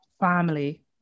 family